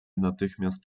natychmiast